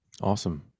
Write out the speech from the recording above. awesome